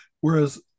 Whereas